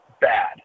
bad